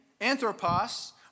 anthropos